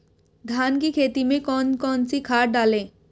धान की खेती में कौन कौन सी खाद डालें?